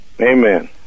Amen